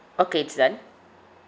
okay it's done